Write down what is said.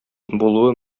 булуы